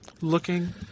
looking